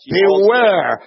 beware